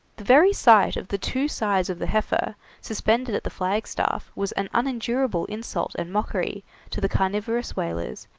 very sight of the two sides of the heifer suspended at the flagstaff was an unendurable insult and mockery to the carnivorous whalers,